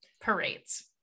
parades